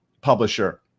publisher